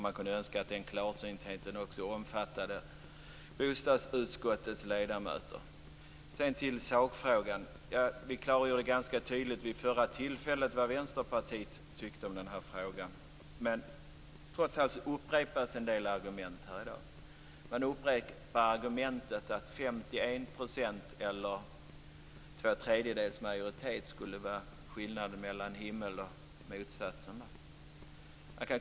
Man kunde önska att den klarsyntheten också omfattade bostadsutskottets ledamöter. Sedan går jag över till sakfrågan. Vi klargjorde ganska tydligt vid det förra tillfället vad Vänsterpartiet tycker om den här frågan. Trots allt upprepas en del argument här i dag. Man upprepar argumentet att skillnaden mellan 51 % och två tredjedels majoritet, skulle vara som skillnaden mellan himmel och motsatsen.